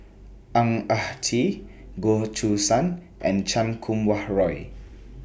Ang Ah Tee Goh Choo San and Chan Kum Wah Roy